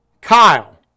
Kyle